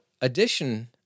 addition